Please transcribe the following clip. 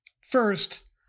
First